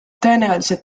tõenäoliselt